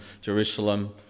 Jerusalem